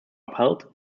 upheld